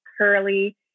curly